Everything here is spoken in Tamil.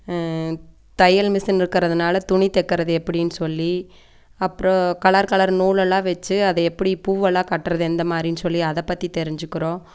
தையல் மிஷின் இருக்கறதுனால துணி தைக்கிறது எப்படின்னு சொல்லி அப்புறோம் கலர் கலர் நூலெல்லாம் அதை வச்சு எப்படி பூவெல்லாம் கட்டுறது எந்தமாதிரின்னு சொல்லி அதை பற்றி தெரிஞ்சிக்கிறோம்